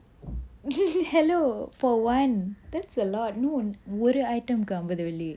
hello for one that's a lot no ஒரு:oru item கு அம்பது வெள்ளி:ku ambathu velli